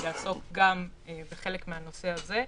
יעסוק גם בחלק מהנושא הזה.